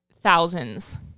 thousands